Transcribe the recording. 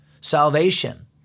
salvation